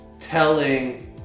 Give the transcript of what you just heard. telling